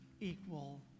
equal